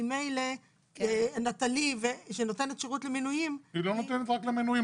ממילא "נטלי" שנותנת שירות למנויים -- היא לא נותנת רק למנויים,